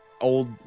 old